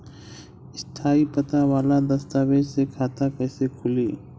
स्थायी पता वाला दस्तावेज़ से खाता कैसे खुली?